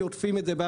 כי עוטפים את זה,